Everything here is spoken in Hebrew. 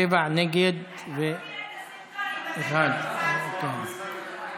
שבעה נגד ואחד, בואו נראה